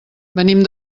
venim